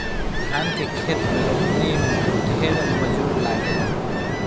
धान के खेत में रोपनी में ढेर मजूर लागेलन